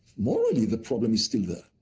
morally, the problem is still there.